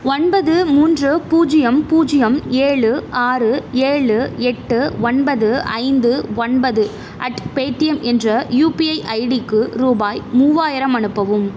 ஒன்பது மூன்று பூஜ்ஜியம் பூஜ்ஜியம் ஏழு ஆறு ஏழு எட்டு ஒன்பது ஐந்து ஒன்பது அட் பேடிஎம் என்ற யுபிஐ ஐடிக்கு ரூபாய் மூவாயிரம் அனுப்பவும்